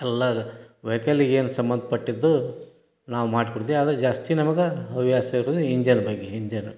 ಎಲ್ಲ ಅದು ವೆಹ್ಕಲ್ಲಿಗೇನು ಸಂಬಂಧಪಟ್ಟಿದ್ದು ನಾವು ಮಾಡ್ಕೊಡ್ತೀವಿ ಆದ್ರೆ ಜಾಸ್ತಿ ನಮಗೆ ಹವ್ಯಾಸ ಇರೋದು ಇಂಜನ್ ಬಗ್ಗೆ ಇಂಜನು